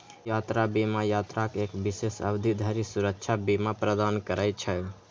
यात्रा बीमा यात्राक एक विशेष अवधि धरि सुरक्षा बीमा प्रदान करै छै